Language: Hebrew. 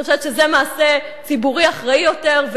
אני חושבת שזה מעשה ציבורי אחראי יותר,